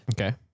Okay